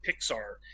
Pixar